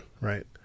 right